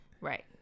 Right